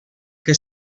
que